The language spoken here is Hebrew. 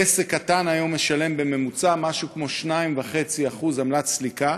עסק קטן היום משלם בממוצע משהו כמו 2.5% עמלת סליקה,